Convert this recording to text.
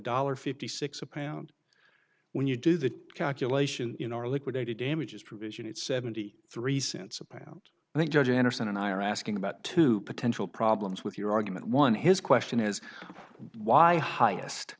dollar fifty six a payout when you do the calculation in our liquidated damages provision it's seventy three cents a pound and the judge anderson and i are asking about two potential problems with your argument one his question is why highest